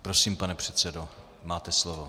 Prosím, pane předsedo, máte slovo.